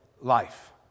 life